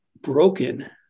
broken